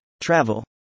travel